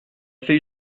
fait